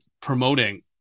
promoting